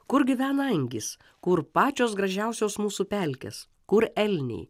kur gyvena angis kur pačios gražiausios mūsų pelkės kur elniai